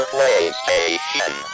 PlayStation